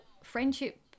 Friendship